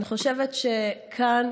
אני חושבת שכאן,